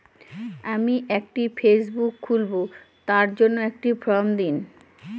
আমি একটি ফেসবুক খুলব তার জন্য একটি ফ্রম দিন?